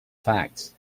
facts